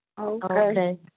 Okay